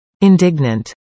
Indignant